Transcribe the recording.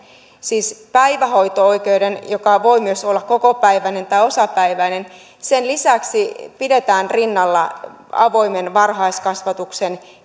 siis päivähoito oikeuden joka voi myös olla kokopäiväinen tai osapäiväinen lisäksi pidetään rinnalla avoimen varhaiskasvatuksen